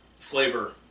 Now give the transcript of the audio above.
Flavor